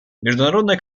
международная